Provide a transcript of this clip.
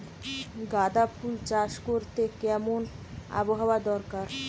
গাঁদাফুল চাষ করতে কেমন আবহাওয়া দরকার?